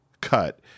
cut